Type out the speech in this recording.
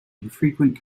infrequent